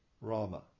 Rama